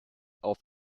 auf